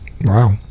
Wow